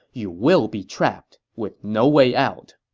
you will be trapped, with no way out.